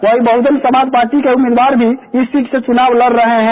वहीं बहुजन समाज पार्टी के उम्मीदवार भी इस सीट से चुनाव लड रहे हैं